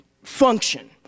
function